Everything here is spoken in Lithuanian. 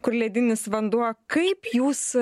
kur ledinis vanduo kaip jūs